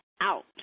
out